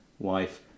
wife